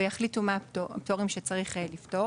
ויחליטו מהם הפטורים שצריך לתת.